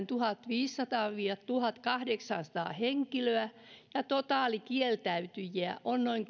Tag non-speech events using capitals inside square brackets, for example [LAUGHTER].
[UNINTELLIGIBLE] tuhatviisisataa viiva tuhatkahdeksansataa henkilöä ja totaalikieltäytyjiä on noin [UNINTELLIGIBLE]